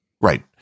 right